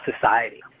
society